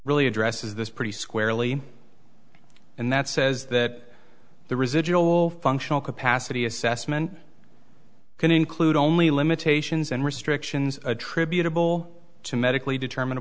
really addresses this pretty squarely and that says that the residual functional capacity assessment can include only limitations and restrictions attributable to medically determin